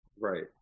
Right